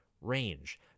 range